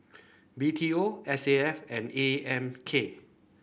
B T O S A F and A M K